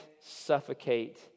suffocate